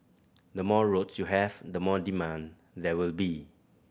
the more roads you have the more demand there will be